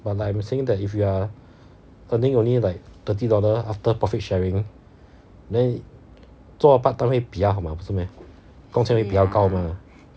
well I am saying that if you are earning only like thirty dollar after profit sharing then 做 part time 会比较好吗不是 meh 工钱会比较高 mah